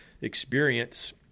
experience